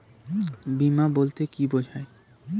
বিমা বলতে কি বোঝায়?